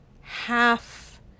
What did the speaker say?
half